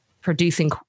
producing